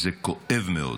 וזה כואב מאוד,